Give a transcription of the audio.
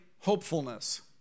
hopefulness